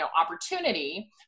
opportunity